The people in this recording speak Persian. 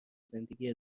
زندگی